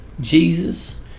Jesus